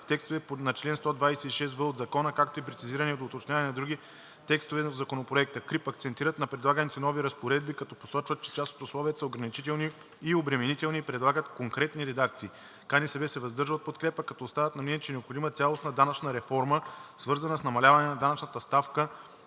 текстовете на чл. 126в от Закона, както и прецизиране и доуточняване на други текстове от Законопроекта. КРИБ акцентират на предлаганите нови разпоредби, като посочват, че част от условията са ограничителни и обременителни и предлагат конкретни редакции. КНСБ се въздържа от подкрепа, като остават на мнение, че е необходима цялостна данъчна реформа, свързана с намаляване на данъчната ставка